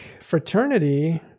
fraternity